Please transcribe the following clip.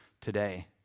today